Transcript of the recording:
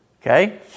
okay